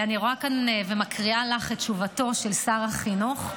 אני רואה כאן, ומקריאה לך את תשובתו של שר החינוך.